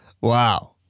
Wow